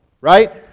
right